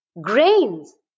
grains